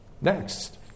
Next